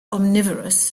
omnivorous